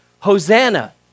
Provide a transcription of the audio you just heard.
Hosanna